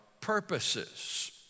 purposes